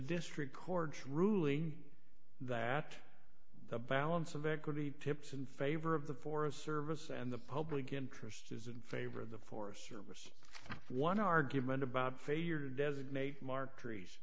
district court's ruling that the balance of equity tips in favor of the forest service and the public interest is in favor of the force one argument about failure to designate mark trees